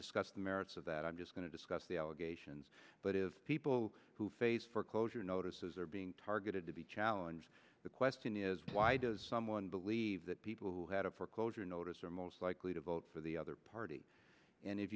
discuss the merits of that i'm just going to discuss the allegations but if people who face foreclosure notices are being targeted to be challenge the question is why does someone believe that people who had a foreclosure notice are most likely to vote for the other party and if